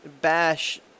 bash